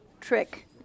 trick